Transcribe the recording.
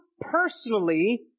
personally